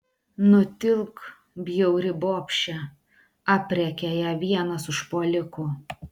nutilk bjauri bobše aprėkia ją vienas užpuolikų